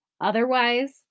Otherwise